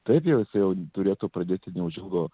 taip jau jisai jau turėtų pradėti neužilgo